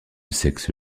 sexe